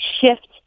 shift